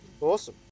Awesome